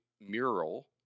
mural